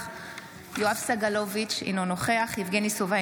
אינו נוכח יואב סגלוביץ' אינו נוכח יבגני סובה,